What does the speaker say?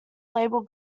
label